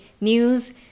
news